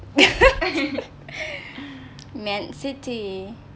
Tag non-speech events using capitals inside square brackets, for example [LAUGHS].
[LAUGHS] man city